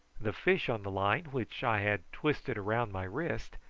the fish on the line, which i had twisted round my wrist,